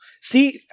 See